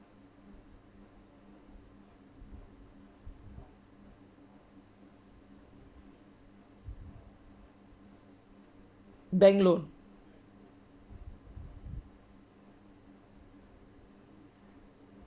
bank loan